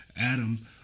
Adam